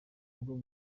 bwo